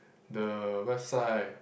the website